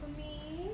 for me